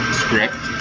script